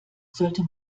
sollte